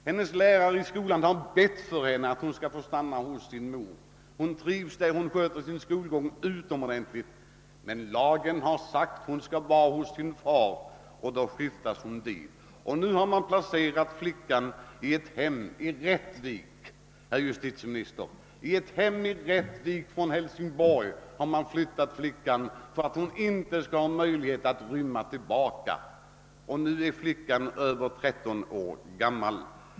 Hennes lärare har bett att hon skall få stanna hos sin mor, hon trivs och sköter sin skolgång utomordentligt, men lagen har sagt att hon skall vara hos sin far och därför flyttas hon dit. Nu har man, herr justitieminister, flyttat flickan från Hälsingborg till ett hem i Rättvik, så att hon inte skall kunna rymma tillbaka. Flickan är vid det här laget tretton år gammal.